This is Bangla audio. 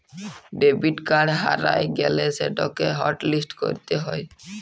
ডেবিট কাড় হারাঁয় গ্যালে সেটকে হটলিস্ট ক্যইরতে হ্যয়